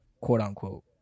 quote-unquote